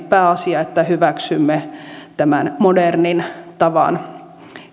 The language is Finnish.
pääasia että hyväksymme tämän modernin tavan